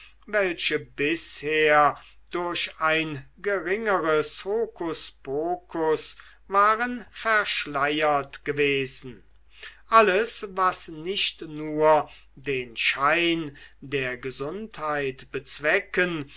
welche bisher durch ein geringeres hokuspokus waren verschleiert gewesen alles was nicht nur den schein der gesundheit bezwecken